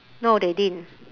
no they didn't